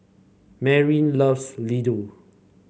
Merrill loves Ladoo